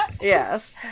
Yes